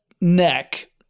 neck